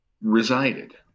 resided